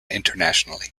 internationally